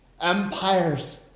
empires